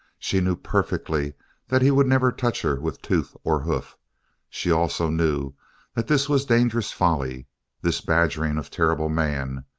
she knew perfectly that he would never touched her with tooth or hoof she also knew that this was dangerous folly this badgering of terrible man,